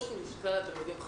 אתמול סיירתי בכמה בתי ספר,